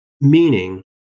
Meaning